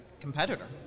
competitor